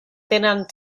tenen